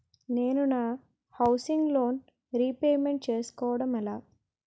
నేను నా housing loan repayment చేసుకోవటం ఎలా?